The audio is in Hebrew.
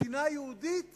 מדינה יהודית